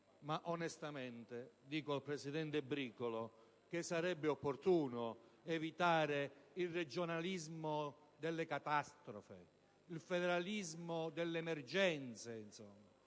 onestamente al presidente Bricolo che sarebbe opportuno evitare il regionalismo delle catastrofi, il federalismo delle emergenze.